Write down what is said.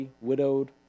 widowed